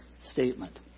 statement